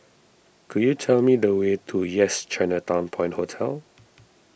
could you tell me the way to Yes Chinatown Point Hotel